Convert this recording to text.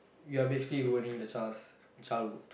you're basically ruining the child's childhood